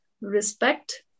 respect